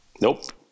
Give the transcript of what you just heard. Nope